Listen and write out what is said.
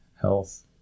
health